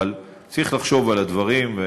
אבל צריך לחשוב על הדברים,